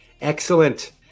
Excellent